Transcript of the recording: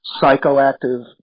psychoactive